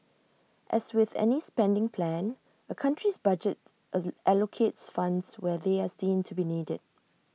as with any spending plan A country's budget allocates funds where they are seen to be needed